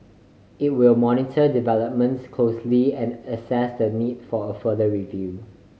it will monitor developments closely and assess the need for a further review